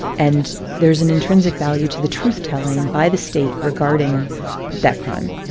and there is an intrinsic value to the truth telling by the state regarding that crime.